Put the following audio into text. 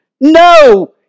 No